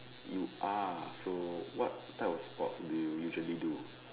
you are so what type of sports do you usually do